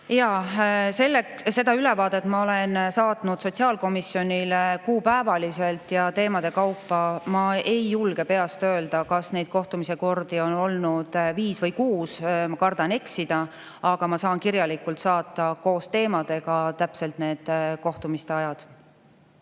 Seda ülevaadet ma olen saatnud sotsiaalkomisjonile kuupäevaliselt ja teemade kaupa. Ma ei julge peast öelda, kas neid kohtumise kordi on olnud viis või kuus. Ma kardan eksida. Aga ma saan kirjalikult saata koos teemadega täpselt need kohtumiste ajad.